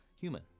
human